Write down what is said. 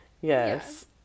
Yes